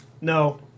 No